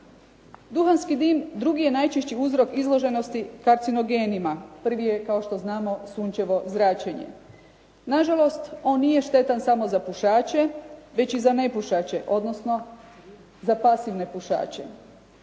Duhanski dim drugi je najčešći uzrok izloženosti karcinogenima. Prvi je kao što znamo sunčevo zračenje. Nažalost on nije štetan samo za pušače već i za nepušače odnosno za pasivne pušače.